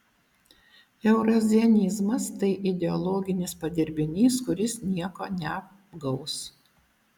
eurazianizmas tai ideologinis padirbinys kuris nieko neapgaus